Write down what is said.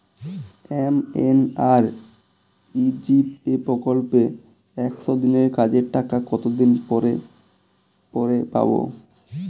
MNREGA প্রকল্পে একশ দিনের কাজের টাকা কতদিন পরে পরে পাব?